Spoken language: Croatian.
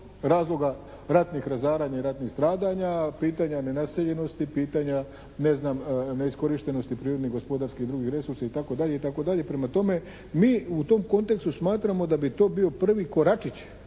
razloga ratnih razaranja i ratnih stradanja, pitanja nenaseljenosti, pitanja ne znam neiskorištenosti prirodnih, gospodarskih i drugih resursa itd., itd. Prema tome, mi u tom kontekstu smatramo da bi to bio prvi koračić